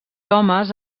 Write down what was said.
homes